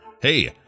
Hey